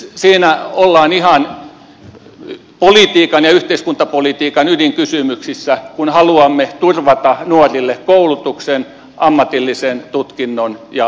siinä ollaan ihan politiikan ja yhteiskuntapolitiikan ydinkysymyksissä kun haluamme turvata nuorille koulutuksen ammatillisen tutkinnon ja osaamisen